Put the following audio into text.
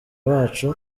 bacu